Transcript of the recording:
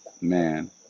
man